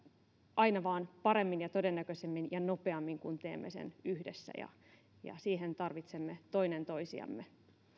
aina vain paremmin ja todennäköisemmin ja nopeammin kun teemme sen yhdessä ja ja siihen tarvitsemme toinen toisiamme